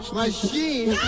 machine